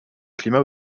climat